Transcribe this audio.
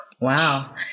Wow